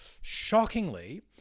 Shockingly